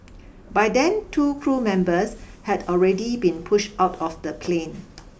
by then two crew members had already been push out of the plane